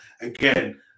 Again